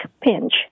pinch